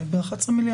פעם היו